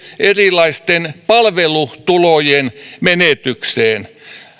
erilaisten palvelutulojen menetyksestä